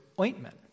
ointment